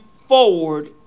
forward